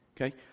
Okay